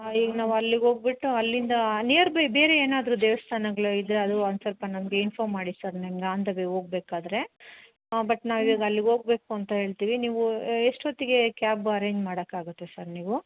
ಹಾಂ ಈಗ ನಾವು ಅಲ್ಲಿಗೆ ಹೋಗ್ಬಿಟ್ಟು ಅಲ್ಲಿಂದ ನಿಯರ್ ಬೈ ಬೇರೆ ಏನಾದರು ದೇವಸ್ತಾನಗಳು ಇದ್ದರೆ ಅದು ಒಂದ್ಸ್ವಲ್ಪ ನಮಗೆ ಇಂಫಾರ್ಮ್ ಮಾಡಿ ಸರ್ ನನಗೆ ಆನ್ ದ ವೇ ಹೋಗ್ಬೇಕಾದ್ರೆ ಬಟ್ ನಾವು ಇವಾಗ ಅಲ್ಲಿಗೆ ಹೋಗ್ಬೇಕು ಅಂತ ಹೇಳ್ತೀವಿ ನೀವು ಎಷ್ಟೊತ್ತಿಗೆ ಕ್ಯಾಬ್ ಆರೇಂಜ್ ಮಾಡಕ್ಕೆ ಆಗುತ್ತೆ ಸರ್ ನೀವು